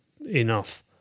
enough